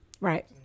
Right